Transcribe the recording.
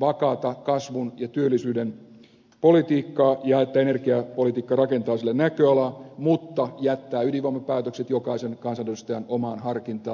vakaata kasvun ja työllisyyden politiikkaa ja että energiapolitiikka rakentaa sille näköalaa mutta jättää ydinvoimapäätökset jokaisen kansanedustajan omaan harkintaan